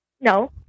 No